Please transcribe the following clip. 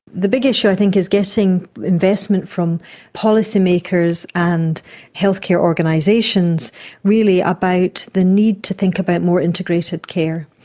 the big issue i think is getting investment from policymakers and healthcare organisations really about the need to think about more integrated care,